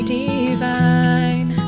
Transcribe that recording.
divine